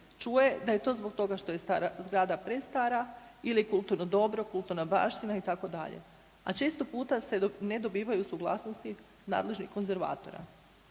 čuje da je to zbog toga što je stara zgrada prestara ili kulturno dobro, kulturna baština itd., a često puta se ne dobivaju suglasnosti nadležnih konzervatora.